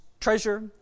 treasure